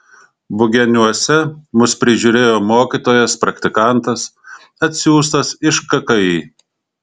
bugeniuose mus prižiūrėjo mokytojas praktikantas atsiųstas iš kki